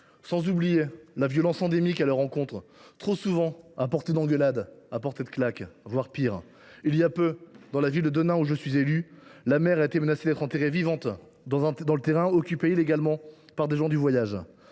n’oublie pas la violence endémique à leur encontre, trop souvent à portée d’engueulade ou de claque, voire pire ! Il y a peu, dans la belle ville de Denain où je suis élu, la maire a été menacée d’être enterrée vivante dans le terrain occupé illégalement par des gens du voyage.